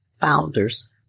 founders